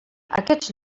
aquests